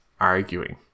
arguing